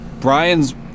Brian's